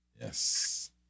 Yes